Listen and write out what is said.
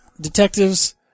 Detectives